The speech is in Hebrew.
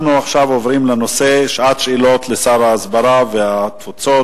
אנחנו עכשיו עוברים לשעת שאלות לשר ההסברה והתפוצות.